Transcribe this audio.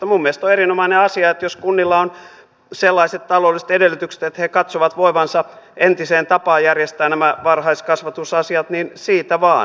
minun mielestäni on erinomainen asia että jos kunnilla on sellaiset taloudelliset edellytykset että ne katsovat voivansa entiseen tapaan järjestää nämä varhaiskasvatusasiat niin siitä vaan